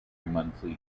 monthly